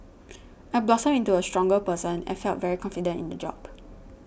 I blossomed into a stronger person and felt very confident in the job